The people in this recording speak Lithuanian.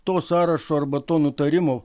to sąrašo arba to nutarimo